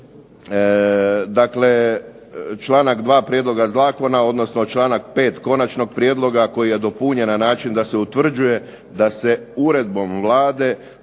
dakle članak 2. prijedloga zakona, odnosno članak 5. konačnog prijedloga, koji je dopunjen na način da se utvrđuje da se uredbom Vlade